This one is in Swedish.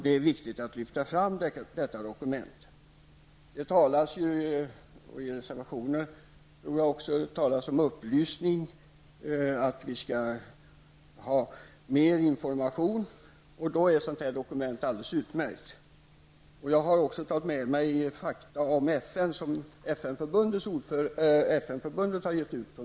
Det är viktigt att lyfta fram detta dokument. Det talas här, kanske också i reservationer, om upplysning, att vi skall ha mer information. Då är ett sådant här dokument alldeles utmärkt. Jag har också tagit med mig Fakta om FN, som FN förbundet gett ut.